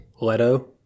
Leto